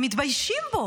מתביישים בו.